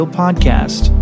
podcast